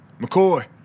McCoy